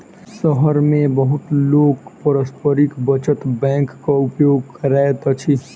शहर मे बहुत लोक पारस्परिक बचत बैंकक उपयोग करैत अछि